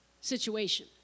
situation